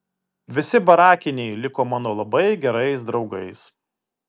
visi barakiniai liko mano labai gerais draugais